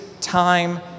time